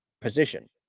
position